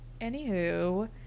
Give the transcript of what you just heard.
Anywho